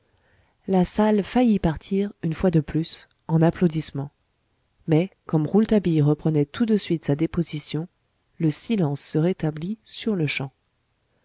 la salle faillit partir une fois de plus en applaudissements mais comme rouletabille reprenait tout de suite sa déposition le silence se rétablit sur-le-champ